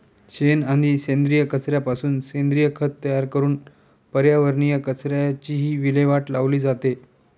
शेण आणि सेंद्रिय कचऱ्यापासून सेंद्रिय खत तयार करून पर्यावरणीय कचऱ्याचीही विल्हेवाट लावली जाते